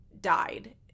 died